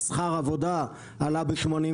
שכר העבודה עלה ב-81%.